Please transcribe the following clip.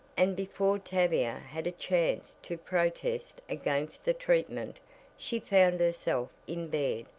and before tavia had a chance to protest against the treatment she found herself in bed,